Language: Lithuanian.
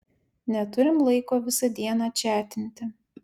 neturim laiko visą dieną čiatinti